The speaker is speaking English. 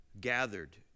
gathered